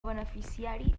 beneficiari